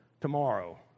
tomorrow